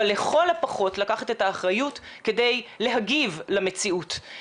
אבל לכל הפחות לקחת את האחריות כדי להגיב למציאות.